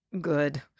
good